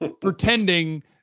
pretending